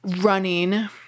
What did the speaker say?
running